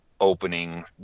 opening